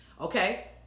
okay